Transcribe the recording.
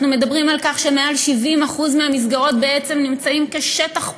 אנחנו מדברים על כך שלמעלה מ-70% מהמסגרות הן בעצם שטח פרוץ,